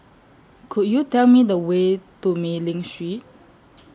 Could YOU Tell Me The Way to Mei Ling Street